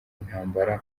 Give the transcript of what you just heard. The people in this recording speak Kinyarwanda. intambara